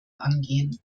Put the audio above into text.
angehen